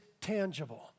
tangible